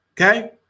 Okay